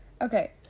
Okay